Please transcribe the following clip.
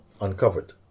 uncovered